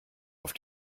auf